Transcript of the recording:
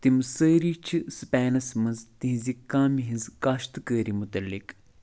تِم سٲری چھِ سٕپینَس منٛز تِہنٛزِ کامہِ ہِنٛز کاشتکٲری متعلق